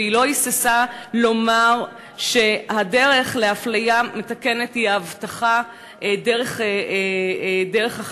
והיא לא היססה לומר שהדרך לאפליה מתקנת היא ההבטחה דרך החקיקה.